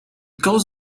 goes